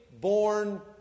born